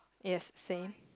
yes same